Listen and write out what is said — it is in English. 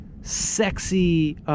sexy